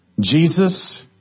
Jesus